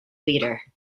leader